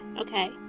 okay